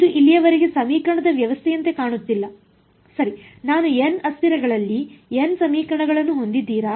ಇದು ಇಲ್ಲಿಯವರೆಗೆ ಸಮೀಕರಣದ ವ್ಯವಸ್ಥೆಯಂತೆ ಕಾಣುತ್ತಿಲ್ಲ ಸರಿ ನಾನು n ಅಸ್ಥಿರಗಳಲ್ಲಿ n ಸಮೀಕರಣಗಳನ್ನು ಹೊಂದಿದ್ದೀರಾ